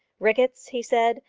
ricketts, he said,